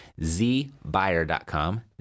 zbuyer.com